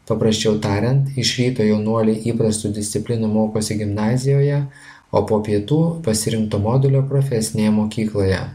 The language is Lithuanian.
paprasčiau tariant iš ryto jaunuoliai įprastu disciplinu mokosi gimnazijoje o po pietų pasirinkto modulio profesinėje mokykloje